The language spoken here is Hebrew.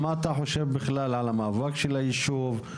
מה אתה חושב בכלל על המאבק של היישוב?